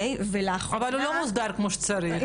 אבל הוא לא מוסדר כמו שצריך.